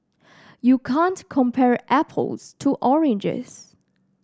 you can't compare apples to oranges